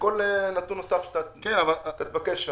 כל נתון נוסף שאתה תבקש,